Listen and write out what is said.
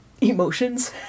emotions